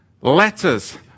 letters